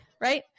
Right